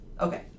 Okay